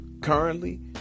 currently